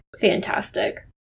fantastic